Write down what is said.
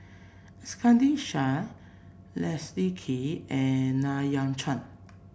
Iskandar Shah Leslie Kee and Ng Yat Chuan